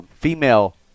female